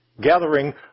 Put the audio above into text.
gathering